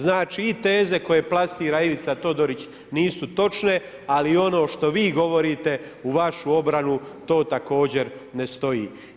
Znači i teze koje plasira Ivica Todorić nisu točne, ali ono što vi govorite u vašu obranu, to također ne stoji.